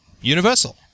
universal